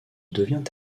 devient